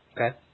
Okay